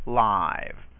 live